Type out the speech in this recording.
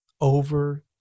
over